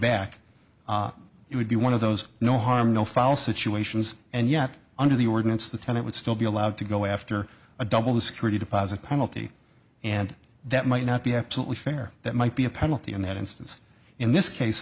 it would be one of those no harm no foul situations and yet under the ordinance the ten it would still be allowed to go after a double the security deposit penalty and that might not be absolutely fair that might be a penalty in that instance in this case